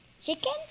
Chicken